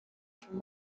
from